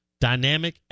Dynamic